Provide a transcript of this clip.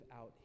out